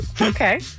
Okay